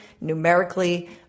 numerically